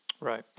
Right